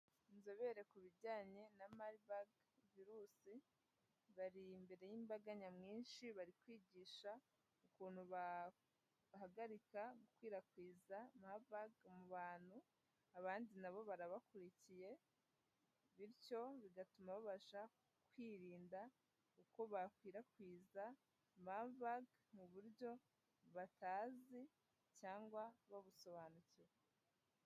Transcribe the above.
Inzobere ku bijyanye na Maribaga virusi, bari imbere y'imbaga nyamwinshi ,bari kwigisha, ukuntu bahagarika gukwirakwiza Mabaga mu bantu, abandi na bo barabakurikiye, bityo bigatuma babasha kwirinda uko bakwirakwiza Mabaga mu buryo batazi, cyangwa babusobanukiwe.